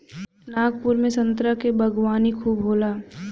नागपुर में संतरा क बागवानी खूब होला